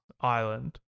island